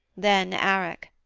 then arac.